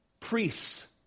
Priests